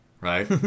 Right